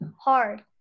hard